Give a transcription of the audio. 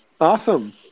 Awesome